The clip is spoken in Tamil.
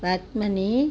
பத்மினி